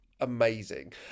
amazing